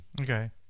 Okay